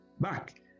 back